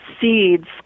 seeds